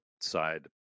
side